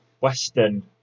western